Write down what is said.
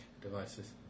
devices